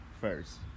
first